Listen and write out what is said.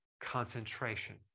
concentration